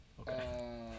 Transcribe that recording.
Okay